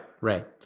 Right